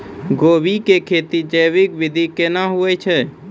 गोभी की खेती जैविक विधि केना हुए छ?